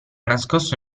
nascosto